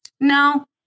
No